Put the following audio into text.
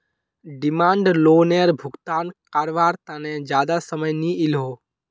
demand लोअनेर भुगतान कारवार तने ज्यादा समय नि इलोह